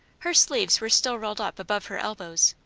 her sleeves were still rolled up above her elbows,